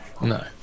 No